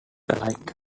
alike